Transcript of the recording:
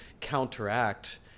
counteract